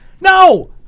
No